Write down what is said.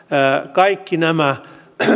kaikki nämä